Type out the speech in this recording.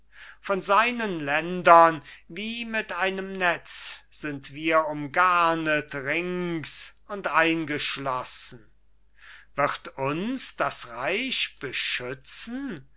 von seinen ländern wie mit einem netz sind wir umgarnet rings und eingeschlossen wird uns das reich beschützen